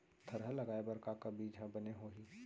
थरहा लगाए बर का बीज हा बने होही?